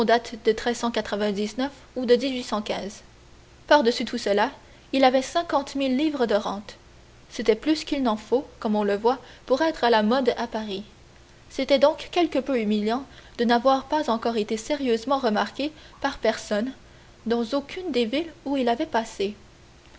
de ou de par-dessus tout cela il avait cinquante mille livres de rente c'était plus qu'il n'en faut comme on le voit pour être à la mode à paris c'était donc quelque peu humiliant de n'avoir encore été sérieusement remarqué par personne dans aucune des villes où il avait passé